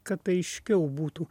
kad aiškiau būtų